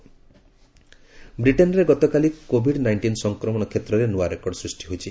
Britain ବ୍ରିଟେନ୍ରେ ଗତକାଲି Covid nineteen ସଂକ୍ରମଣ କ୍ଷେତ୍ରରେ ନୂଆ ରେକର୍ଡ ସୃଷ୍ଟି ହୋଇଛି